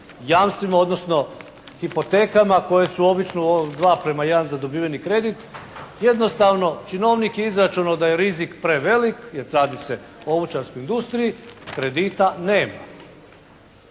jamstvima, odnosno hipotekama koje su obično 2:1 za dobiveni kredit, jednostavno činovnik je izračunao da je rizik prevelik jer radi se o obućarskoj industriji, kredita nema.